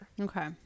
Okay